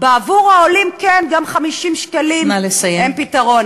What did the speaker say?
בעבור העולים כן, גם 50 שקלים הם פתרון.